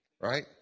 right